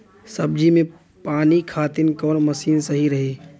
सब्जी में पानी खातिन कवन मशीन सही रही?